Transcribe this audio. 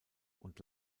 und